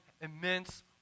immense